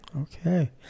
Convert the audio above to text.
Okay